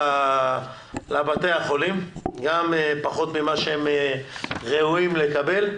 חמצן לבתי-החולים, גם פחות ממה שהם ראויים לקבל,